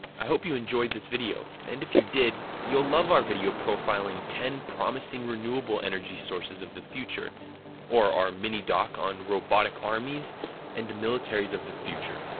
i hope you enjoyed this video, and if you did, you'll love our video profiling ten promising renewable energy sources of the future or our mini-doc on robotic armies and the militaries of the future.